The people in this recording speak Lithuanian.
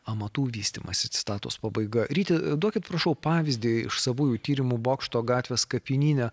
amatų vystymąsi citatos pabaiga ryti duokit prašau pavyzdį iš savųjų tyrimų bokšto gatvės kapinyne